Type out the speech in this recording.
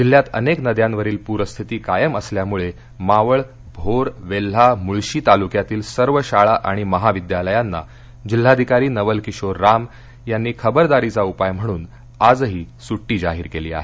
जिल्ह्यात अनेक नद्यांवरील प्रस्थिती कायम असल्यामुळे मावळ भोर वेल्हा मुळशी तालुक्यातील सर्व शाळा आणि महाविद्यालयांना जिल्हाधिकारी नवल किशोर राम यांनी खबरदारीचा उपाय म्हणून आजही सुट्टी जाहीर केली आहे